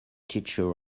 teacher